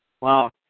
Wow